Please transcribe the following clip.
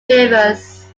rivers